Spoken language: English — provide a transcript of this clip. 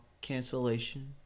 cancellation